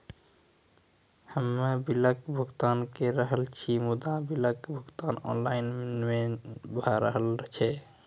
हम्मे बिलक भुगतान के रहल छी मुदा, बिलक भुगतान ऑनलाइन नै भऽ रहल छै?